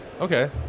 okay